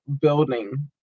building